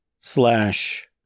slash